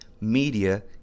Media